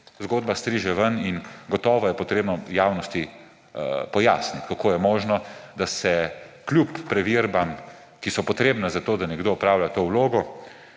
zgodba striže ven in gotovo je treba javnosti pojasniti, kako je možno, da kljub preverbam, ki so potrebne za to, da nekdo opravlja to vlogo,